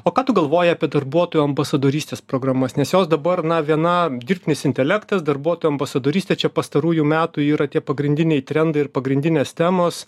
o ką tu galvoji apie darbuotojų ambasadorystės programas nes jos dabar na viena dirbtinis intelektas darbuotojų ambasadorystė čia pastarųjų metų yra tie pagrindiniai trendai ir pagrindinės temos